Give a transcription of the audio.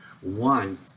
One